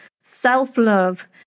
self-love